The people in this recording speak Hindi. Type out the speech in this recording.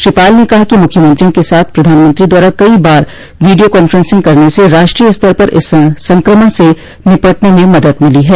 श्री पाल ने कहा कि मुख्यमंत्रियों के साथ प्रधानमंत्री द्वारा कई बार वीडियो कांफ्रेंसिंग करने से राष्ट्रीय स्तर पर इस संक्रमण से निपटने में मदद मिली है